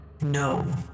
No